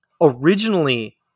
Originally